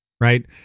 right